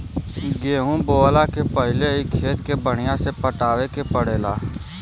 गेंहू बोअला के पहिले ही खेत के बढ़िया से पटावे के पड़ेला